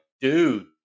dude